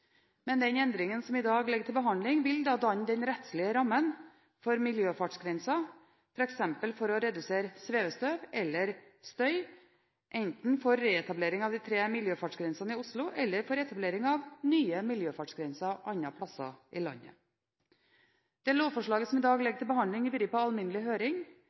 men den endringen som i dag ligger til behandling, vil danne den rettslige rammen for miljøfartsgrenser, f.eks. for å redusere svevestøv eller støy, enten for reetablering av de tre miljøfartsgrensene i Oslo eller for etablering av nye miljøfartsgrenser andre steder i landet. Det lovforslaget som i dag ligger til behandling, har vært ute på alminnelig høring,